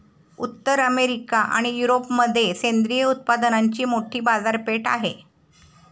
उत्तर अमेरिका आणि युरोपमध्ये सेंद्रिय उत्पादनांची मोठी बाजारपेठ आहे